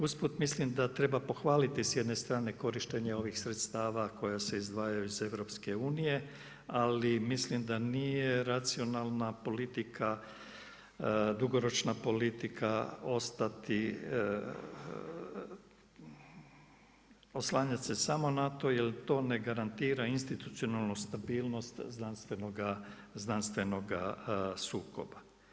Usput mislim da treba pohvaliti sa jedne strane korištenje ovih sredstava koja se izdvajaju iz EU, ali mislim da nije racionalna politika, dugoročna politika ostati, oslanjat se samo na to jer to ne garantira institucionalnu stabilnost znanstvenoga sukoba.